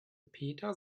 peter